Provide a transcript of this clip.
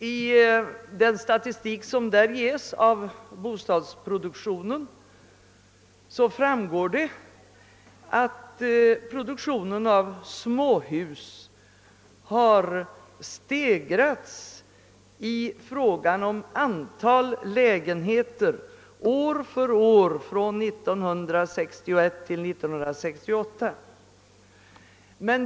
Av den statistik som där ges beträffande bostadsproduktionen framgår att produktionen av småhus har stegrats år för år från 1961 och fram till 1968 i fråga om antalet lägenheter.